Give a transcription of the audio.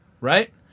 right